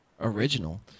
original